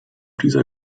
dieser